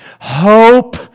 hope